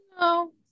No